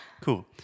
cool